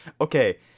Okay